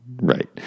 Right